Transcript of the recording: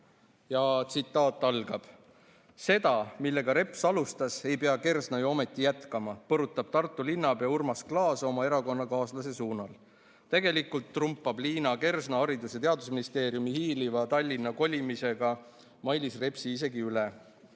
Tsitaat algab: "Seda, millega Reps alustas, ei pea Kersna ju ometi jätkama," põrutab Tartu linnapea Urmas Klaas oma erakonnakaaslase suunal. Tegelikult trumpab Liina Kersna haridus- ja teadusministeeriumi hiiliva Tallinna kolimisega Mailis Repsi isegi üle."